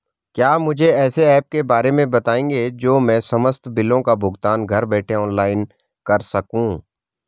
क्या मुझे ऐसे ऐप के बारे में बताएँगे जो मैं समस्त बिलों का भुगतान घर बैठे ऑनलाइन कर सकूँ?